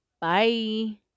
bye